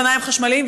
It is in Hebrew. וגם אופניים חשמליים,